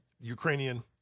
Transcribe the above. Ukrainian